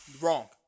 Wrong